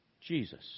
Jesus